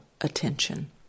attention